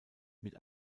mit